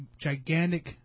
gigantic